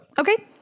Okay